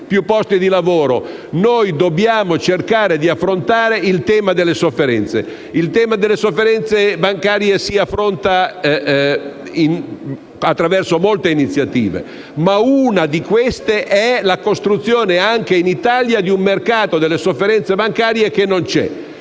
più posti di lavoro, dobbiamo cercare di affrontare il tema delle sofferenze. Il tema delle sofferenze bancarie si affronta attraverso molte iniziative, ma una di queste è la costruzione, anche in Italia, di un mercato delle sofferenze bancarie che non c'è.